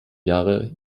jahre